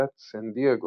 באוניברסיטת סן דייגו.